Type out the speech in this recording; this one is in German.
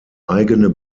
eigene